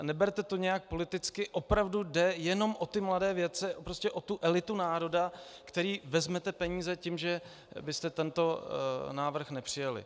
Neberte to nějak politicky, opravdu jde jenom o ty mladé vědce, prostě o tu elitu národa, které vezmete peníze tím, že byste tento návrh nepřijali.